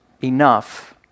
enough